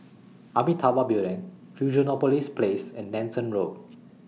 Amitabha Building Fusionopolis Place and Nanson Road